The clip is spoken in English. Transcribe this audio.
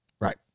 Right